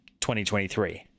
2023